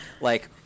like-